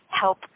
help